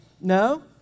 No